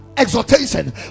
exhortation